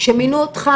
שמינו אותך.